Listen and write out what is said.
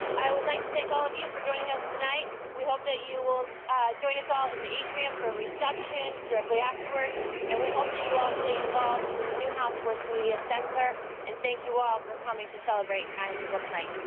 i would like to thank all of you for joining us tonight. we hope that you will join us all in the atrium for reception directly afterwards and we hope that you all stay involved with the newhouse sports media center and thank you all for coming to celebrate ian and eagle tonight